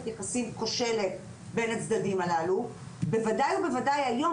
יחסים כושלת בין הצדדים הללו; בוודאי היום,